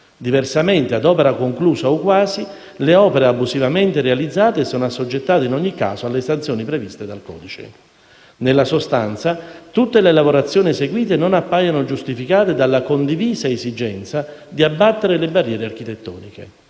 Diversamente, ad opera conclusa o quasi, le opere abusivamente realizzate sono assoggettate in ogni caso alle sanzioni previste dal codice. Nella sostanza tutte le lavorazioni eseguite non appaiono giustificate dalla condivisa esigenza di abbattere le barriere architettoniche.